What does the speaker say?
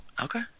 Okay